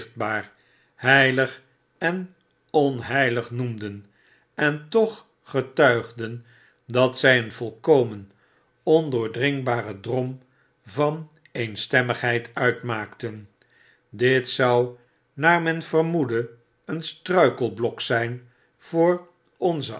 heilig en onheilig noemden en toch getuigden dat zfl een voikomen ondoordringbare drom van eenstemmigheid uitmaakten dit zou naar men vermoedde een struikelblok zfln voor onzen